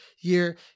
year